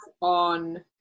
on